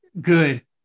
good